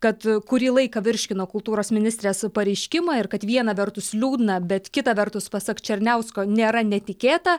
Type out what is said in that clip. kad kurį laiką virškino kultūros ministrės pareiškimą ir kad viena vertus liūdna bet kita vertus pasak černiausko nėra netikėta